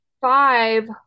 five